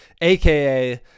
AKA